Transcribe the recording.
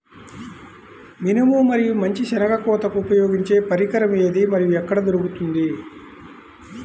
మినుము మరియు మంచి శెనగ కోతకు ఉపయోగించే పరికరం ఏది మరియు ఎక్కడ దొరుకుతుంది?